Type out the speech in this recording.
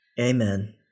Amen